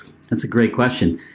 that's a great question,